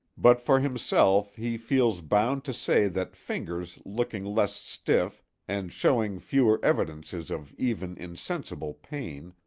but for himself he feels bound to say that fingers looking less stiff, and showing fewer evidences of even insensible pain,